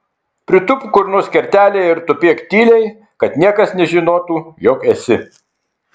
pritūpk kur nors kertelėje ir tupėk tyliai kad niekas nežinotų jog esi